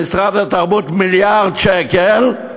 משרד התרבות, מיליארד שקלים,